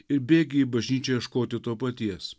ir bėgę į bažnyčią ieškoti to paties